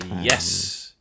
Yes